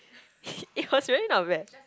it was really not bad